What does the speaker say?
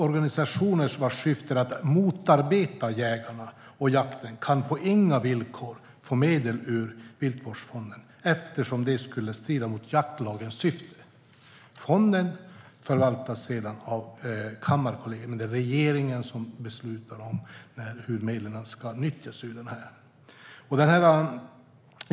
Organisationer som har till syfte att motarbeta jägarna och jakten kan på inga villkor få medel ur Viltvårdsfonden, eftersom det skulle strida mot jaktlagens syfte. Fonden förvaltas av Kammarkollegiet, men det är regeringen som beslutar om hur medlen ska nyttjas.